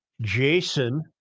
Jason